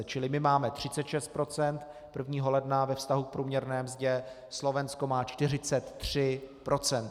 Čili my máme 36 % 1. ledna ve vztahu k průměrné mzdě, Slovensko má 43 %.